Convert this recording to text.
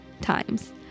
times